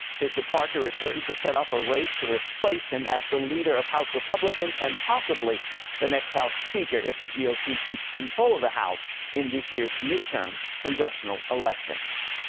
his departure is certain to set off a race to replace him as the leader of house republicans and possibly the next house speaker if the g o p. keeps control of the house in this year's mid-term congressional elections.